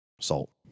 Salt